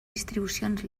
distribucions